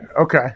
okay